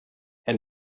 and